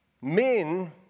men